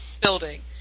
building